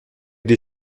des